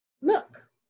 Look